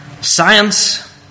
Science